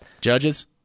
Judges